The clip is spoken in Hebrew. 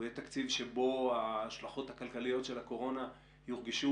הוא יהיה תקציב שבו ההשלכות הכלכליות של הקורונה יורגשו